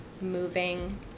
moving